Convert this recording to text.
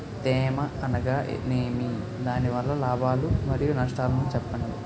తేమ అనగానేమి? దాని వల్ల లాభాలు మరియు నష్టాలను చెప్పండి?